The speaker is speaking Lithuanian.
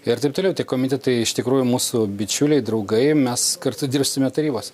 ir taip toliau tie komitetai iš tikrųjų mūsų bičiuliai draugai mes kartu dirbsime tarybose